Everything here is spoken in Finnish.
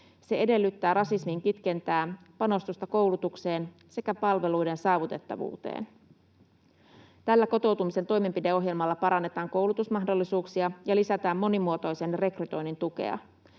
Se edellyttää rasismin kitkentää, panostusta koulutukseen sekä palveluiden saavutettavuuteen. Tällä kotoutumisen toimenpideohjelmalla parannetaan koulutusmahdollisuuksia ja lisätään monimuotoisen rekrytoinnin tukea.